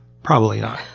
probably not.